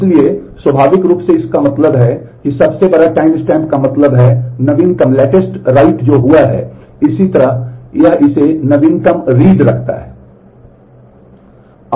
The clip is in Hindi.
इसलिए स्वाभाविक रूप से इसका मतलब है कि सबसे बड़ा टाइमस्टैम्प का मतलब है नवीनतम रखता है